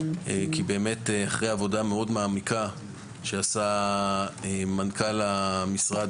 כי באמת אחרי עבודה מעמיקה מאוד שעשה מנכ"ל המשרד,